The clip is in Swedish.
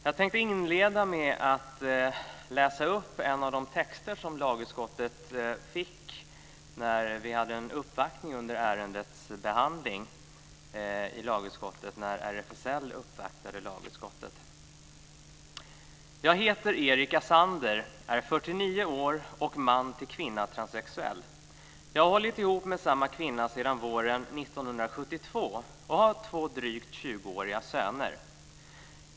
Jag tänkte inleda med att läsa upp en av de texter som lagutskottet fick när vi hade en uppvaktning av "Jag heter Erica Zander, är 49 år och man-tillkvinna transsexuell. Jag har hållit ihop med samma kvinna sedan våren 72 och vi har två drygt 20-åriga söner.